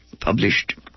published